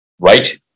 right